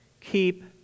keep